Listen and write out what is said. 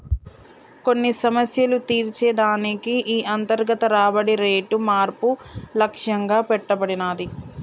కొన్ని సమస్యలు తీర్చే దానికి ఈ అంతర్గత రాబడి రేటు మార్పు లక్ష్యంగా పెట్టబడినాది